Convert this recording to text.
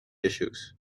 issues